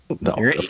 No